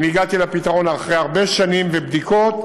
אני הגעתי לפתרון אחרי הרבה שנים ובדיקות,